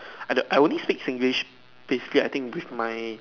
at the I only speak Singlish basically I think with my